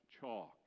chalk